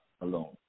alone